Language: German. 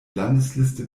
landesliste